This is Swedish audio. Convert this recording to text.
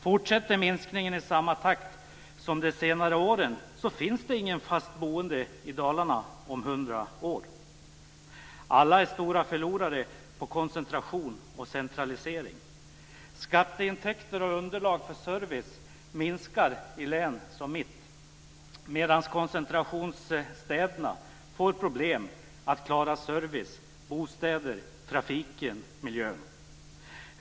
Fortsätter minskningen i samma takt som under de senaste åren finns det ingen fast boende i Dalarna om 100 år. Alla är stora förlorare vid koncentration och centralisering. Skatteintäkter och underlag för service minskar i län som mitt medan koncentrationsstäderna får problem med att klara service, bostäder, trafiken och miljön.